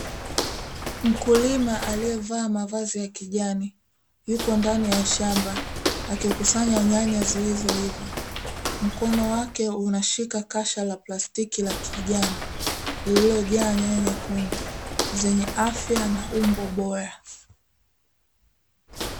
Mkulima aliyevaa mavazi ya kijani, yuko ndani ya shamba akikusanya nyanya zilizoiva. Mkono wake unashika kasha la plastiki la kijani, lililojaa nyanya nyekundu zenye afya na umbo bora.